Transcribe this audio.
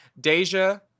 Deja